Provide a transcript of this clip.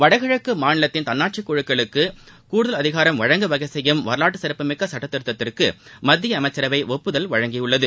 வடகிழக்கு மாநிலத்தின் தன்னாட்சி குழுக்களுக்கு கூடுதல் அதிகாரம் வழங்க வகை செய்யும் வரவாற்று சிறப்புமிக்க சட்ட திருத்தத்திற்கு மத்திய அமைச்சரவை ஒப்புதல் வழங்கியுள்ளது